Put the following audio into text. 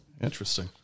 Interesting